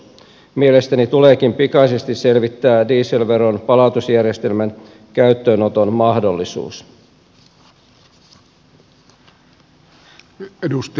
mielestäni tuleekin pikaisesti selvittää dieselveron palautusjärjestelmän käyttöönoton mahdollisuus